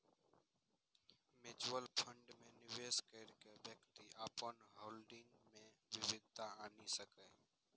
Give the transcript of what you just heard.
mutual fund मे निवेश कैर के व्यक्ति अपन होल्डिंग मे विविधता आनि सकैए